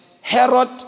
Herod